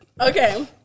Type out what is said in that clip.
Okay